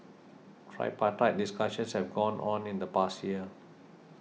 tripartite discussions have gone on in the past year